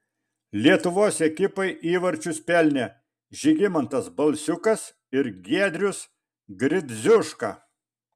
lietuvos ekipai įvarčius pelnė žygimantas balsiukas ir giedrius gridziuška